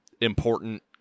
important